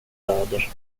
blöder